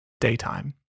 daytime